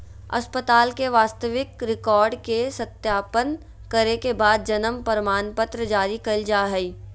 अस्पताल के वास्तविक रिकार्ड के सत्यापन करे के बाद जन्म प्रमाणपत्र जारी कइल जा हइ